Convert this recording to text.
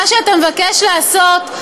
מה שאתה מבקש לעשות,